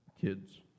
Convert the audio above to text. kids